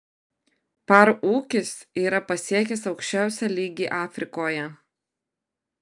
par ūkis yra pasiekęs aukščiausią lygį afrikoje